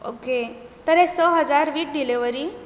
okay तर हे स हजार वीथ डिलिवरी